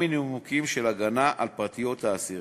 או מנימוקים של הגנה על פרטיות האסיר.